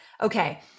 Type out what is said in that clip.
okay